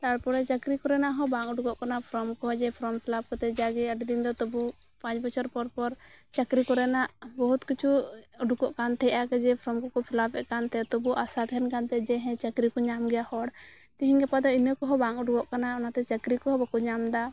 ᱛᱟᱨᱯᱚᱨᱮ ᱪᱟᱹᱠᱨᱤ ᱠᱚᱨᱮᱱᱟᱜ ᱦᱚᱸ ᱵᱟᱝ ᱩᱰᱩᱠᱚᱜ ᱠᱟᱱᱟ ᱯᱷᱨᱚᱢ ᱠᱚᱦᱚᱸ ᱡᱮ ᱯᱷᱨᱚᱢ ᱯᱷᱤᱞᱟᱵ ᱠᱟᱛᱮᱫ ᱡᱟᱜᱤ ᱟᱹᱰᱤ ᱫᱤᱱ ᱫᱚ ᱛᱚᱵᱩ ᱯᱟᱸᱪ ᱵᱚᱪᱷᱚᱨ ᱯᱚᱨ ᱯᱚᱨ ᱪᱟᱹᱠᱨᱤ ᱠᱚᱨᱮᱱᱟᱜ ᱵᱚᱦᱩᱛ ᱠᱤᱪᱷᱩ ᱩᱰᱩᱠᱚᱜ ᱠᱟᱱᱛᱟᱦᱮᱸᱜᱼᱟ ᱡᱮ ᱯᱷᱚᱨᱚᱢ ᱠᱩᱠᱩ ᱯᱷᱤᱞᱟᱯᱮᱜ ᱠᱟᱱᱛᱟᱦᱮᱸᱜᱼᱟ ᱡᱮ ᱟᱥᱟ ᱛᱟᱦᱮᱱ ᱠᱟᱱᱛᱟᱦᱮᱸᱜᱼᱟ ᱡᱮ ᱪᱟᱹᱠᱨᱤᱠᱩ ᱧᱟᱢᱜᱮᱭᱟ ᱦᱚᱲ ᱛᱤᱦᱤᱧ ᱜᱟᱯᱟ ᱫᱚ ᱤᱱᱟᱹ ᱠᱚᱦᱚᱸ ᱵᱟᱝ ᱩᱰᱩᱠᱚᱜ ᱠᱟᱱᱟ ᱡᱮ ᱚᱱᱟᱛᱮ ᱪᱟᱹᱠᱨᱤ ᱠᱚᱦᱚᱸ ᱵᱟᱠᱩ ᱧᱟᱢᱮᱫᱟ